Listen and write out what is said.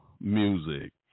music